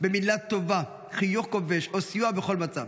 עם מילה טובה, חיוך כובש או סיוע בכל מצב.